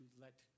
let